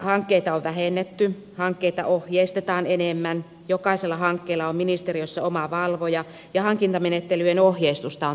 hankkeita on vähennetty hankkeita ohjeistetaan enemmän jokaisella hankkeella on ministeriössä oma valvoja ja hankintamenettelyjen ohjeistusta on tarkennettu